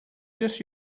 just